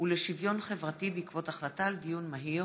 ולשוויון חברתי בעקבות דיון מהיר